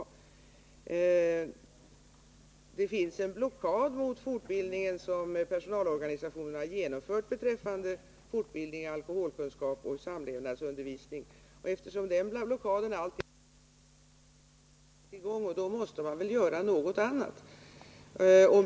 Personalorganisationerna har genomfört en blockad mot fortbildningen när det gäller alkoholkunskapsoch samlevnadsundervisning. Eftersom den blockaden alltjämt gäller har fortbildningen inte kommit i gång, och då måste man väl göra något annat.